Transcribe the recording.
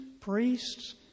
priests